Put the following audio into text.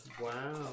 Wow